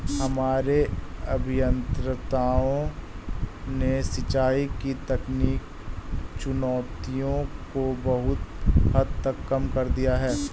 हमारे अभियंताओं ने सिंचाई की तकनीकी चुनौतियों को बहुत हद तक कम कर दिया है